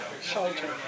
Shelter